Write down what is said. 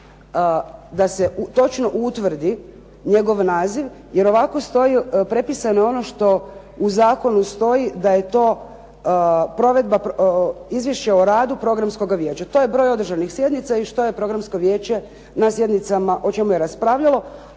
da se točno utvrdi njegov naziv jer ovako stoji, prepisano je ono što u zakonu stoji da je to Izvješće o radu Programskoga vijeća. To je broj održanih sjednica i što je Programsko vijeće na sjednicama raspravljalo